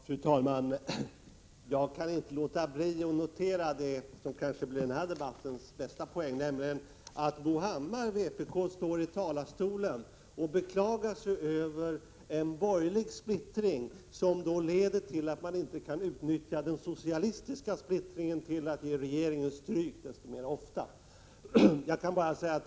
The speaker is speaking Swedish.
Fru talman! Jag kan inte låta bli att notera det som blir den här debattens bästa poäng, nämligen att Bo Hammar från vpk står i talarstolen och beklagar sig över en borgerlig splittring, som leder till att man inte kan utnyttja den socialistiska splittringen till att ge regeringen stryk litet oftare.